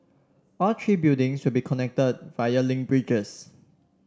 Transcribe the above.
all three buildings will be connected via link bridges